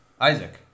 Isaac